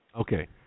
Okay